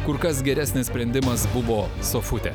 kur kas geresnis sprendimas buvo sofutė